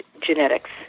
genetics